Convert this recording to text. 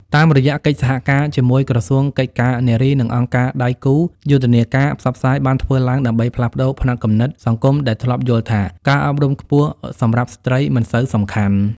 តាមរយៈកិច្ចសហការជាមួយក្រសួងកិច្ចការនារីនិងអង្គការដៃគូ យុទ្ធនាការផ្សព្វផ្សាយបានធ្វើឡើងដើម្បីផ្លាស់ប្តូរផ្នត់គំនិតសង្គមដែលធ្លាប់យល់ថាការអប់រំខ្ពស់សម្រាប់ស្ត្រីមិនសូវសំខាន់។